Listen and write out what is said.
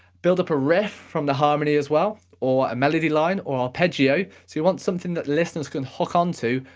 build up a riff from the harmony as well, or a melody line, or arpeggio. so you want something that listeners can hook on to,